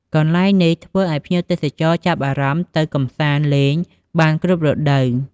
កន្លែងនេះធ្វើឱ្យភ្ញៀវទេសចរចាប់អារម្មណ៍ទៅកម្សាន្តលេងបានគ្រប់រដូវកាល។